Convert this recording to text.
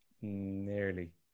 Nearly